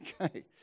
Okay